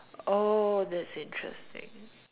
oh that's interesting